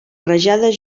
rajades